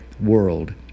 world